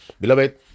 Beloved